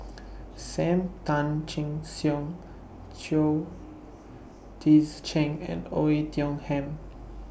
SAM Tan Chin Siong Chao Tzee Cheng and Oei Tiong Ham